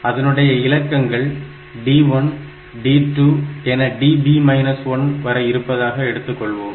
அதனுடைய இலக்கங்கள் d1 d2 என db 1 வரை இருப்பதாக எடுத்துக்கொள்வோம்